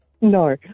No